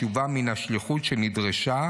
בשובה מן השליחות שאליה נדרשה,